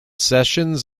sessions